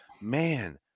man